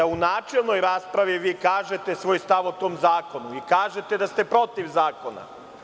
U načelnoj raspravi vi kažete svoj stav o tom zakonu i kažete da ste protiv zakona.